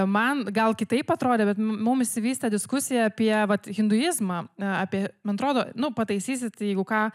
man gal kitaip atrodė bet mums išsivystė diskusija apie vat hinduizmą apie man atrodo nu pataisysit jeigu ką